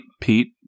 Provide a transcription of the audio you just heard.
Pete